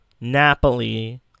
Napoli